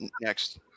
next